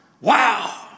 Wow